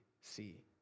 see